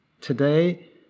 Today